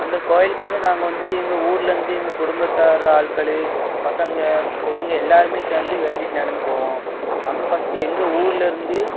அந்த கோவிலுக்கு வந்து நாங்கள் வந்து எங்கள் ஊருலேருந்து எங்கள் குடும்பத்தார் ஆட்கள் பசங்கள் பொண்ணுங்கள் எல்லோருமே சேர்ந்து வேண்டிகிட்டு நடந்து போவோம் அங்கே ஃபஸ்ட்டு எங்கள் ஊருலேருந்து